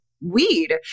weed